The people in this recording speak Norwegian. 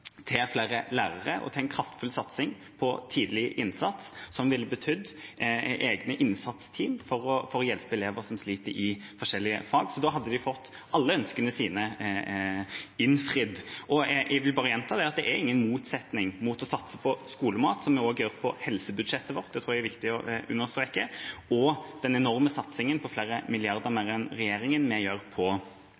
til flere lærere og til en kraftfull satsing på tidlig innsats, som ville betydd egne innsatsteam for å hjelpe elever som sliter i forskjellige fag. Da hadde de fått alle ønskene sine innfridd. Jeg vil bare gjenta at det er ingen motsetning mellom å satse på skolemat, som vi også gjør på helsebudsjettet vårt – det er viktig å understreke – og den enorme satsingen, med flere milliarder mer